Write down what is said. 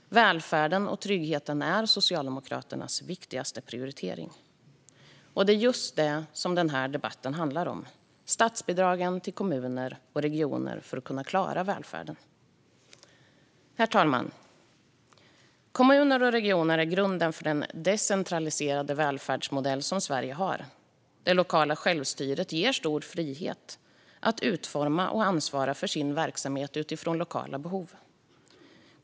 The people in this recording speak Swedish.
Välfärden och tryggheten är Socialdemokraternas viktigaste prioriteringar. Det är just detta som denna debatt handlar om - statsbidragen till kommuner och regioner för att kunna klara välfärden. Herr talman! Kommuner och regioner är grunden för den decentraliserade välfärdsmodell som Sverige har. Det lokala självstyret ger stor frihet att utforma och ansvara för sin verksamhet utifrån lokala behov.